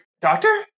Doctor